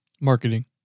marketing